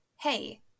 hey